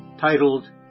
titled